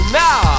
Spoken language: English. now